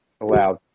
allowed